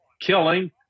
killing